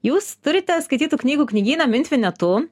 jūs turite skaitytų knygų knygyną mint vinetu